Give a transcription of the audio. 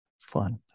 Fun